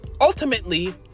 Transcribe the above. ultimately